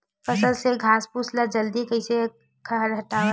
फसल के घासफुस ल जल्दी कइसे हटाव?